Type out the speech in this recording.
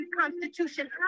constitution